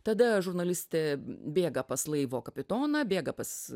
tada žurnalistė bėga pas laivo kapitoną bėga pas